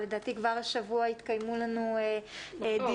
לדעתי כבר השבוע יתקיימו לנו דיונים,